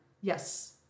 Yes